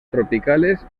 tropicales